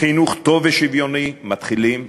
חינוך טוב ושוויוני, מתחילים,